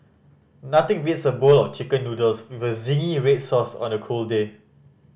nothing beats a bowl of Chicken Noodles with a zingy red sauce on a cold day